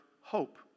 hope